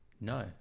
No